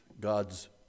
God's